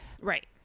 Right